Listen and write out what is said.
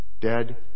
dead